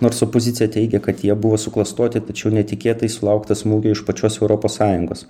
nors opozicija teigia kad jie buvo suklastoti tačiau netikėtai sulaukta smūgio iš pačios europos sąjungos